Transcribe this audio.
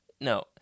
no